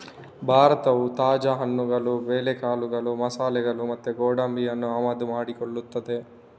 ಭಾರತವು ತಾಜಾ ಹಣ್ಣುಗಳು, ಬೇಳೆಕಾಳುಗಳು, ಮಸಾಲೆಗಳು ಮತ್ತೆ ಗೋಡಂಬಿಯನ್ನ ಆಮದು ಮಾಡಿಕೊಳ್ತದೆ